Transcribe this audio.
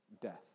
death